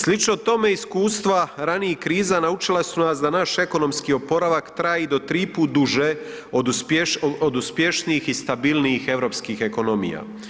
Slično tome iskustva ranijih kriza naučila su nas da naše ekonomski oporavak traje i do tri put duže od uspješnijih i stabilnih europskih ekonomija.